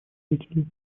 жителей